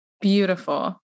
Beautiful